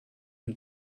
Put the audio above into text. him